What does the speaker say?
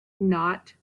not